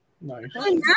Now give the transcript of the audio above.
Nice